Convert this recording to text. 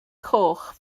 coch